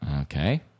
Okay